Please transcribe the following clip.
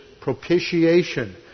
propitiation